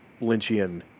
Lynchian